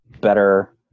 better –